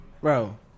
Bro